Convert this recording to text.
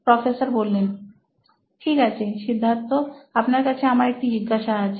professor ঠিক আছে সিদ্ধার্থ আপনার কাছে আমার একটি জিজ্ঞাসা আছে